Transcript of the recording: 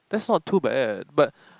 that's not too bad but